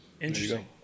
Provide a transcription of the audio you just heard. Interesting